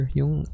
yung